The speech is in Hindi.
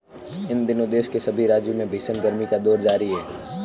इन दिनों देश के सभी राज्यों में भीषण गर्मी का दौर जारी है